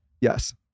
Yes